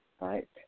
right